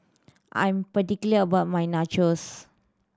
I'm particular about my Nachos